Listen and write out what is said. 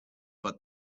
but